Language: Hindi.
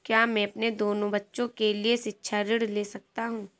क्या मैं अपने दोनों बच्चों के लिए शिक्षा ऋण ले सकता हूँ?